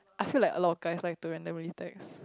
I feel like a lot of guys like to randomly text